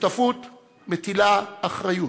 שותפות מטילה אחריות.